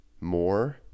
more